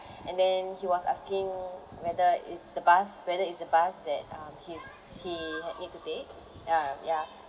and then he was asking whether is the bus whether it's the bus that um he's he had need to take uh ya